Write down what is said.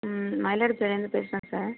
மயிலாடுதுறைலேருந்து பேசுகிறேன் சார்